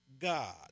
God